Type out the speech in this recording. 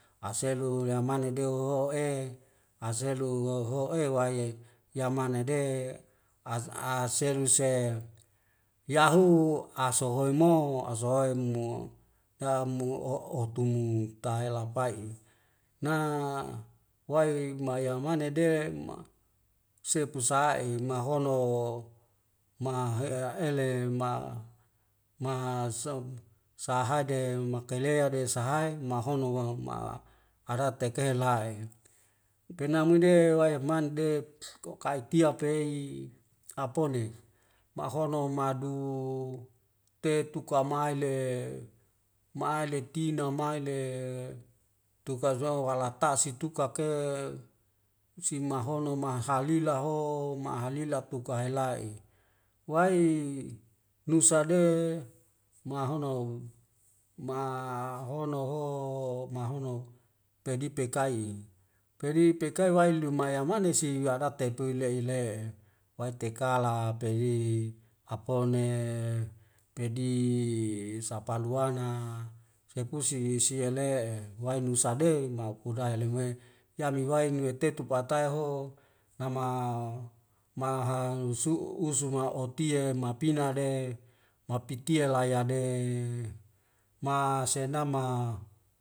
Aseu lu ya mane dew o'e aselu woho'e waye ya mana de az aselu se yahu asohoe mo asohoe mo damu oh oh tumu tai lampai'i na wai mayamane de ma sepu sa'i mahono mah eaele ma ma sab sahaide makalea desa hai mahono malama ada tekehe la e. pena muide wai mandek ko kaitiap pei apone mahono madu te tuka maile maile tina maile tufazwaw halatas itu kake simahono mahalila ho mahalila tuka helai'i wai nusa de mahono maaa hono ho mahono pegi pekai pegi pekai wailumma yamane si garate puil le'e le'e waitekala peli apone pedi sapanwana sepusi sie le'e wainusa de mau kudail le me ya liwai newe tetuk watai ho ho nama mahanusu'u usu mah o'tien ma pina de mapitia layade ma seandama